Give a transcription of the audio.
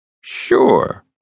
Sure